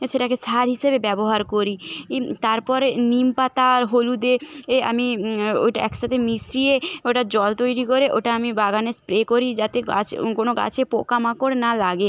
সেটাকে সার হিসেবে ব্যবহার করি ই তারপরে নিমপাতা আর হলুদে এ আমি ওইটা একসাতে মিশিয়ে ওটা জল তৈরি করে ওটা আমি বাগানে স্প্রে করি যাতে গাছ কোনো গাছে পোকা মাকড় না লাগে